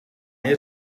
mij